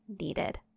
needed